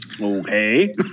Okay